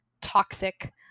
toxic